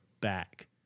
back